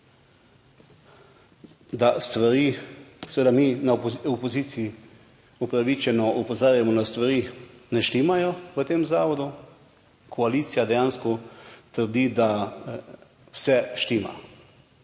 da stvari seveda mi na opoziciji upravičeno opozarjamo na stvari, ki ne štimajo v tem zavodu. Koalicija, dejansko trdi, da vse štima.